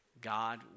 God